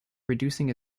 reducing